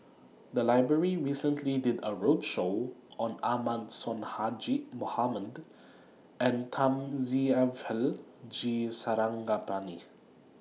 The Library recently did A roadshow on Ahmad Sonhadji Mohamad and Thamizhavel G Sarangapani